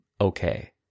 okay